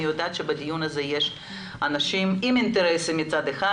אני יודעת שבדיון הזה יש אנשים עם אינטרסים מצד אחד,